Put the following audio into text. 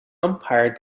umpired